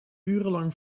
urenlang